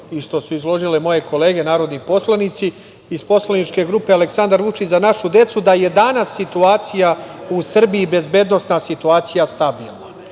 i što su izložile moje kolege, poslanici, iz poslaničke grupe Aleksandar Vučić – za našu decu, da je danas situacija u Srbiji, bezbednosna situacija, stabilna. Tako